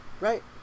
Right